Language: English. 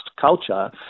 culture